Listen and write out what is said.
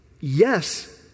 yes